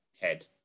head